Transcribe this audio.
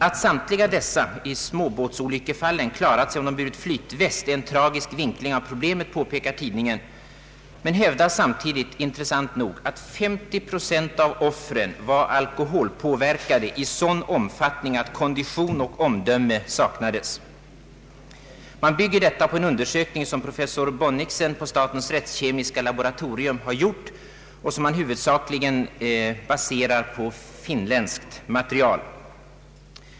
Att samtliga förolyckade i småbåtar skulle ha klarat sig om de burit flytväst är en tragisk vinkling av problemet, påpekar tidningen. Det hävdas samtidigt att 50 procent av offren var alkoholpåverkade i en sådan omfattning att kondition och omdöme saknades. Man bygger detta på en undersökning som professor Roger Bonnichsen vid statens rättskemiska laboratorium har utfört och som huvudsakligen är baserad på inländskt material.